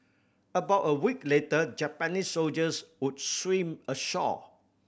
about a week later Japanese soldiers would swim ashore